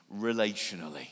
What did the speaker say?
relationally